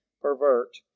pervert